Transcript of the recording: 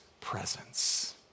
presence